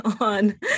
on